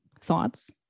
thoughts